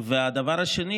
הדבר השני,